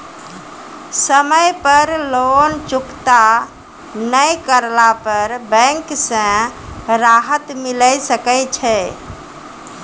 समय पर लोन चुकता नैय करला पर बैंक से राहत मिले सकय छै?